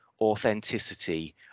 authenticity